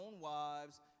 wives